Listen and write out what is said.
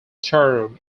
term